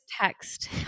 text